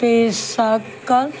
पेश कऽ